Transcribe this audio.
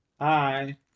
Hi